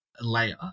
layer